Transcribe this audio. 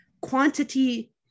quantity